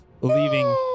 leaving